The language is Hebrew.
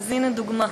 אז הנה דוגמה.